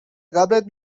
قبرت